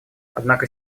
однако